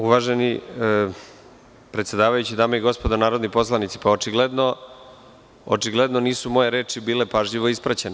Uvaženi predsedavajući, Dame i gospodo narodni poslanici, očigledno nisu moje reči bilo pažljivo ispraćene.